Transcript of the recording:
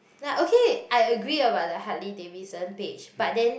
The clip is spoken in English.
ya okay I agree about the Harley Davidson page but then